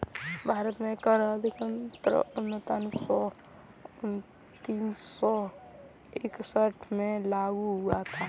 भारत में कर अधिनियम उन्नीस सौ इकसठ में लागू हुआ था